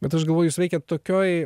bet aš galvoju jūs veikiat tokioj